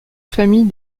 famille